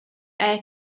air